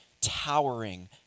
towering